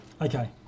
Okay